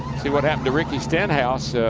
see what happened to ricky stenhouse.